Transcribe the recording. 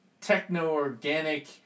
techno-organic